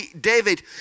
David